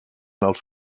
els